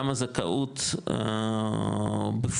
גם הזכאות בפועל,